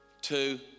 Two